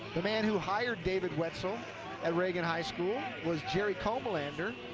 the man who hired david wetzel at reagan high school was jerry comalander,